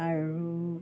আৰু